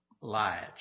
lives